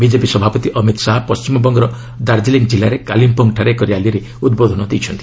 BJP ସଭାପତି ଅମିତ ଶାହା ପଣ୍ଠିମବଙ୍ଗର ଦାର୍କିଲିଂ କିଲ୍ଲାରେ କାଲିମପଙ୍ଗ୍ଠାରେ ଏକ ର୍ୟାଲିରେ ଉଦ୍ବୋଧନ ଦେଇଛନ୍ତି